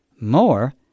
More